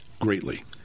greatly